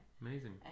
Amazing